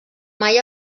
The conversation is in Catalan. mai